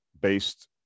based